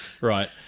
right